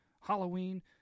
Halloween